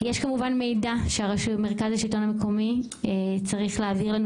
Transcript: יש כמובן מידע שמרכז השלטון המקומי צריך להעביר לנו,